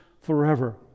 forever